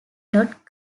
not